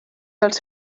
dels